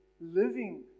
living